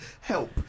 Help